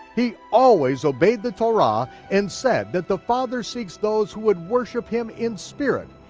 he always obeyed the torah and said that the father seeks those who would worship him in spirit,